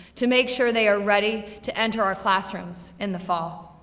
to make sure they are ready to enter our classrooms in the fall.